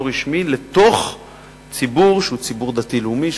רשמי בתוך ציבור שהוא ציבור דתי-לאומי,